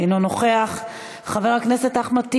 אינו נוכח, חבר הכנסת אחמד טיבי,